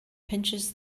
pinches